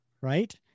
Right